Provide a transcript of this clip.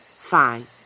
Fine